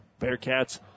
Bearcats